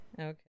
Okay